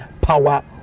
power